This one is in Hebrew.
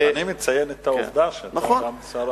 אני מציין את העובדה שאתה גם שר החינוך.